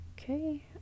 Okay